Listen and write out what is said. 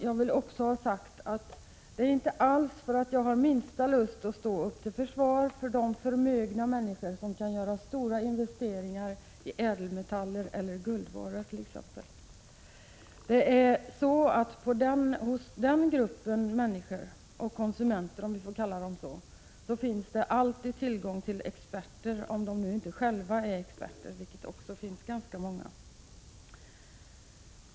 Jag vill ha sagt att jag inte har minsta lust att stå upp till försvar för de förmögna människor som kan göra stora investeringar i ädelmetaller eller guldvaror t.ex. Hos den gruppen av människor och konsumenter finns det alltid tillgång till experter, om de nu inte själva är experter, vilket ganska många är.